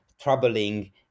troubling